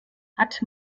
hat